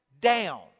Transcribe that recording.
down